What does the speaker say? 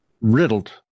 riddled